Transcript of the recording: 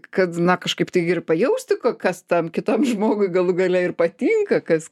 kad na kažkaip tai ir pajausti kas tam kitam žmogui galų gale ir patinka kas